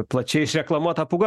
plačiai išreklamuota pūga